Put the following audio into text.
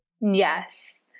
Yes